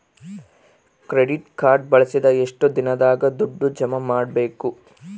Credit card ಬಳಸಿದ ಎಷ್ಟು ದಿನದಾಗ ದುಡ್ಡು ಜಮಾ ಮಾಡ್ಬೇಕು?